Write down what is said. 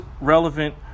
relevant